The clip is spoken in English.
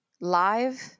live